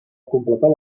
completar